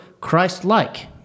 Christ-like